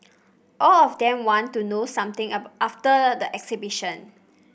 a of them want to do something after the exhibition